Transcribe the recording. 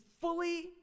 fully